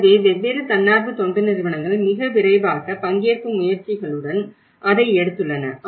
எனவே வெவ்வேறு தன்னார்வ தொண்டு நிறுவனங்கள் மிக விரைவாக பங்கேற்பு முயற்சிகளுடன் அதை எடுத்துள்ளன